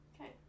Okay